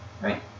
Right